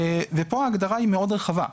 ופה ההגדרה היא רחבה מאוד.